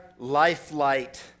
lifelight